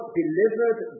delivered